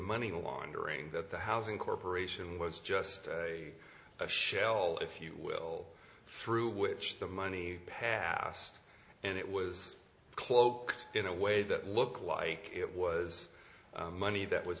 money laundering that the housing corporation was just a shell if you will through which the money passed and it was cloaked in a way that looked like it was money that was